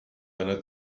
einer